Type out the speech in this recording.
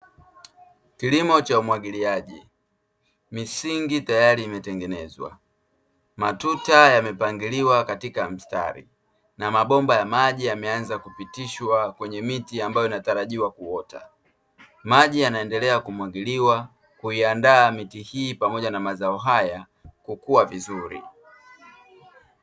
Kilimo cha umwagiliaji, misingi tayari imetengenezwa, matuta yamepangiliwa katika mstari na mabomba ya maji yameanza kupitishwa kwenye miti amabayo inatarajiwa kuota. Maji yanaendelea kumwagiliwa kuiandaa miti hii pamoja na mazao haya kukua vizuri.